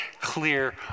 clear